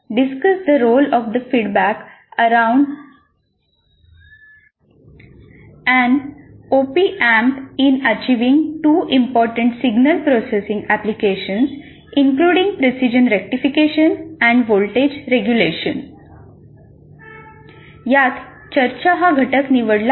discuss the role of the feedback around uh op amp in 2 important signal processing applications including precision rectification and voltage regulation यात चर्चा हा घटक निवडला आहे